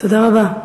תודה רבה.